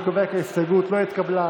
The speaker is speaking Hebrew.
אני קובע כי ההסתייגות לא התקבלה.